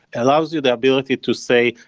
allows you the ability to say,